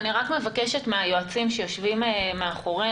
אני רק מבקשת מן היועצים שיושבים מאחור,